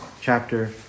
chapter